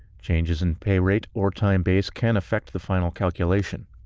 changes in pay rate or time base can affect the final calculation.